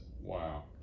Wow